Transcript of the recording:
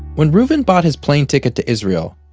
when reuven bought his plane ticket to israel,